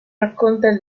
racconta